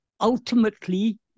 Ultimately